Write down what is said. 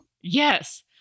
Yes